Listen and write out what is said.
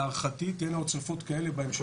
להערכתי תהיינה עוד שריפות כאלה בהמשך.